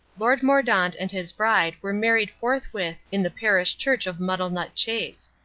lord mordaunt and his bride were married forthwith in the parish church of muddlenut chase.